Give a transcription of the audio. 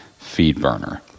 FeedBurner